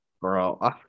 Bro